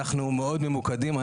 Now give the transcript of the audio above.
אנחנו מאוד ממוקדים.